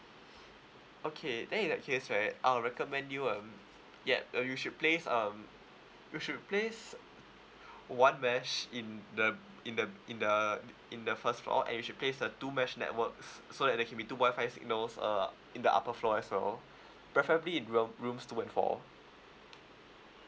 okay then in that case right I'll recommend you um yup uh you should place um you should place one mesh in the in the in the in the first floor and you should place the two mesh networks so that there can be two wi-fi signals uh in the upper floor as well preferably in room rooms two and four